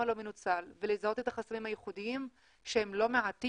לא מנוצל ולזהות את החסמים הייחודיים שהם לא מעטים,